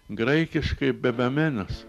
graikiškai bebemenas